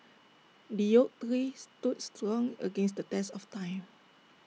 the oak tree stood strong against the test of time